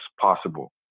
possible